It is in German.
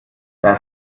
das